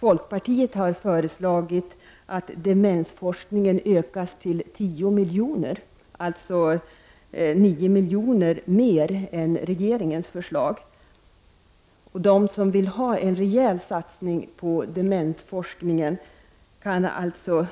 Folkpartiet har föreslagit att anslagen till demensforskningen ökas till 10 milj.kr., dvs. 9 milj.kr. mer än regeringen föreslår. De som vill ha en rejäl satsning på demensforskningen kan alltså